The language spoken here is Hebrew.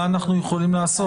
מה אנחנו יכולים לעשות?